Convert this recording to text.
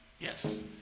Yes